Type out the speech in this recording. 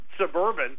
Suburban